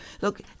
look